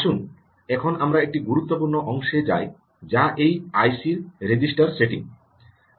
আসুন এখন আমরা একটি গুরুত্বপূর্ণ অংশে যাই যা এই আইসির রেজিস্টার সেটিংস